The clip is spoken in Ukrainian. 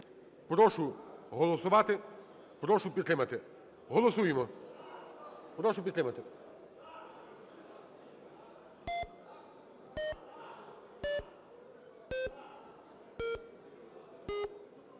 Прошу голосувати. Прошу підтримати. Голосуємо, прошу підтримати.